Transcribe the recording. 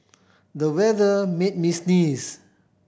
the weather made me sneeze